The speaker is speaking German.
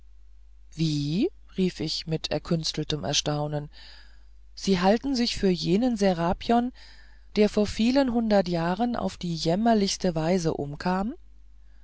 wie rief ich mit erkünsteltem erstaunen sie halten sich für jenen serapion der vor vielen hundert jahren auf die jämmerlichste weise umkam